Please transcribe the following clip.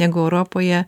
negu europoje